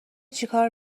چیکار